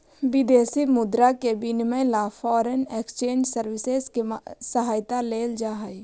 विदेशी मुद्रा के विनिमय ला फॉरेन एक्सचेंज सर्विसेस के सहायता लेल जा हई